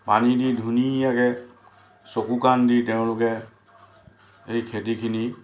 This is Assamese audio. পানী দি ধুনীয়াকৈ চকু কাণ দি তেওঁলোকে সেই খেতিখিনি